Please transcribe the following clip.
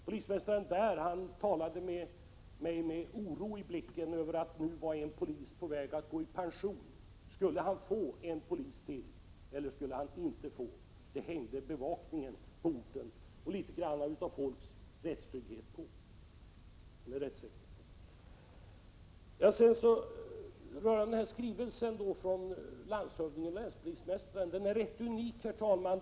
Polismästaren där talade med mig med oro i blicken över att en av polismännen nu var på väg att gå i pension. Skulle de få en polisman till, eller skulle de inte få det? Bevakningen på orten och litet av människors rättssäkerhet hängde på detta. Rörande skrivelsen från landshövdingen och länspolismästaren vill jag säga att den är rätt unik, herr talman.